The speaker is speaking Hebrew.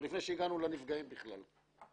עוד לפני שהגענו לנפגעים בכלל.